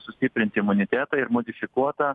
sustiprinti imunitetą ir modifikuota